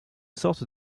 sorte